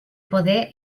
poder